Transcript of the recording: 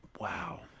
Wow